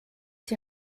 die